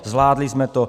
Zvládli jsme to.